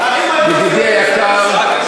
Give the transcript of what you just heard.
ידידי היקר,